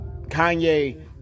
Kanye